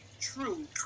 true